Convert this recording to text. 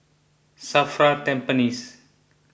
Safra Tampines